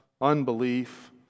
unbelief